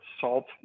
salt